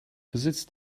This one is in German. besitzt